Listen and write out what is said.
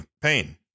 Pain